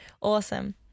Awesome